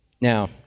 Now